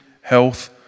health